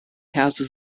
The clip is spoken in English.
houses